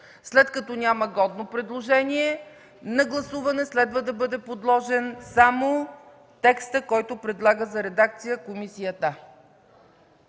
След като няма годно предложение на гласуване следва да бъде подложен само текстът, който предлага за редакция комисията.